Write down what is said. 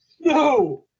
No